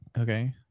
Okay